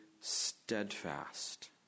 steadfast